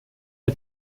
wir